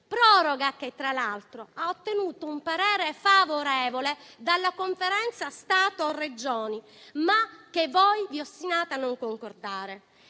proroga che, tra l'altro, ha ottenuto un parere favorevole dalla Conferenza Stato-Regioni, che voi però vi ostinate a non concordare.